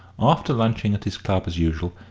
after lunching at his club as usual,